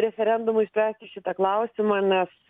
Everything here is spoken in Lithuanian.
referendumu išspręsti šitą klausimą nes